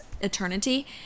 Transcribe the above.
eternity